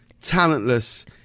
talentless